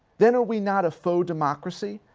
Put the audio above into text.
then are we not a faux democracy?